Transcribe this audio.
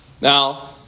Now